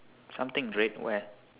something red where